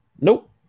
Nope